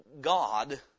God